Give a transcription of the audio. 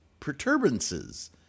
perturbances